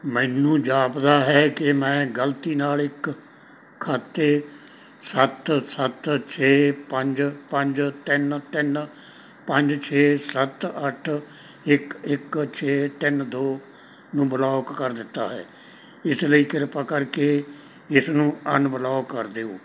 ਮੈਨੂੰ ਜਾਪਦਾ ਹੈ ਕਿ ਮੈਂ ਗਲਤੀ ਨਾਲ ਇੱਕ ਖਾਤੇ ਸੱਤ ਸੱਤ ਛੇ ਪੰਜ ਪੰਜ ਤਿੰਨ ਤਿੰਨ ਪੰਜ ਛੇ ਸੱਤ ਅੱਠ ਇੱਕ ਇੱਕ ਛੇ ਤਿੰਨ ਦੋ ਨੂੰ ਬਲੌਕ ਕਰ ਦਿੱਤਾ ਹੈ ਇਸ ਲਈ ਕਿਰਪਾ ਕਰਕੇ ਇਸ ਨੂੰ ਅਨਬਲੌਕ ਕਰ ਦਿਓ